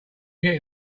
get